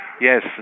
yes